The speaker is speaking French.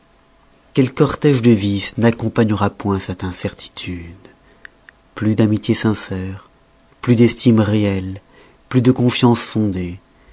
quel cortège de vices n'accompagnera point cette incertitude plus d'amitiés sincères plus d'estime réelle plus de confiance fondée